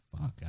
fuck